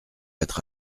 être